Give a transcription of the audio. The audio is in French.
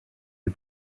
les